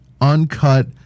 uncut